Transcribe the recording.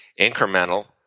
incremental